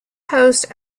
host